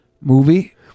movie